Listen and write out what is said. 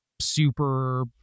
Super